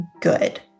good